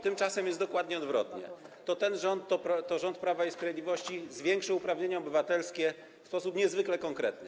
Tymczasem jest dokładnie odwrotnie: to ten rząd, rząd Prawa i Sprawiedliwości, zwiększył uprawnienia obywatelskie w sposób niezwykle konkretny.